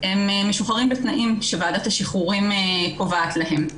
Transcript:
הם משוחררים בתנאים שוועדת השחרורים קובעת להם.